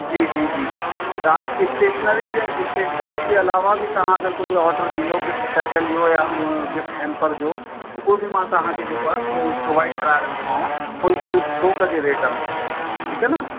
जी जी जी जी तां इस्टेशनरी जे इस्टेशनरी जे अलावा बि तव्हां अगरि कुझु ऑडर ॾींदव गिफ़्ट पैकनि जो या गिफ़्ट हैम्पर जो उहो बि मां तव्हांखे जेको आहे प्रोवाइड कराए रखंदोमांव होलसेल थोक जे रेट में ठीकु आहे न